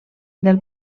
del